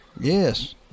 Yes